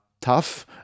tough